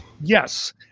Yes